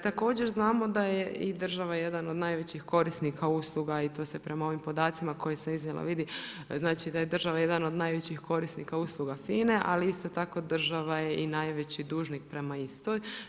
Također znamo da je i država jedan od najvećih korisnika usluga i to se prema ovim podacima koje sam iznijela vidi, znači da je država jedan od najvećih korisnika usluga FINA-e ali isto tako država je i najveći dužnik prema istoj.